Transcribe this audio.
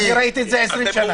אני ראיתי את זה 20 שנה,